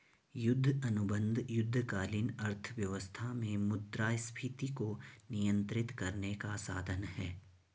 युद्ध अनुबंध युद्धकालीन अर्थव्यवस्था में मुद्रास्फीति को नियंत्रित करने का साधन हैं